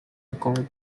record